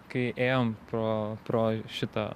kai ėjom pro pro šitą